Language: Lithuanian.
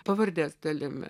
pavardės dalimi